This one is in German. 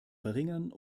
verringern